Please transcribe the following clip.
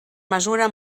mesura